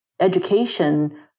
education